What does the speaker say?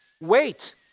Wait